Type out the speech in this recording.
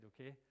okay